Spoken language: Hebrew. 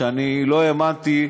שאני לא האמנתי,